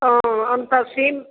अँ अन्त सिम